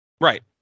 Right